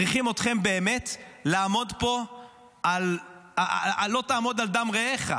צריכים אתכם באמת לעמוד פה על "לא תעמד על דם רעך",